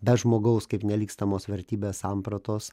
be žmogaus kaip nelygstamos vertybės sampratos